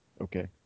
Okay